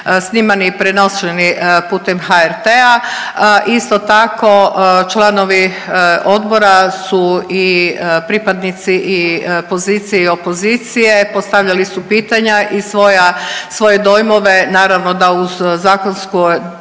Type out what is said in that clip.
snimani i prenošeni putem HRT-a. Isto tako, članovi Odbora su i pripadnici i pozicije i opozicije, postavljali su pitanja i svoje dojmove, naravno uz zakonsko